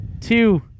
two